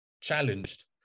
challenged